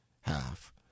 half